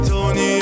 Tony